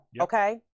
Okay